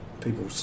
people